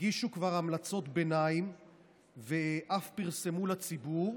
הגישו כבר המלצות ביניים ואף פרסמו לציבור.